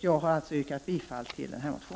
Jag yrkar bifall till vår motion.